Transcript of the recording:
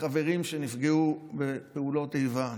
חברים שנפגעו בפעולות איבה.